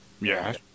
Yes